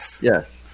Yes